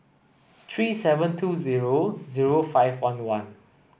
three seven two zero zero five one one